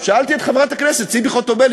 שאלתי את חברת הכנסת ציפי חוטובלי,